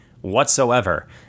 whatsoever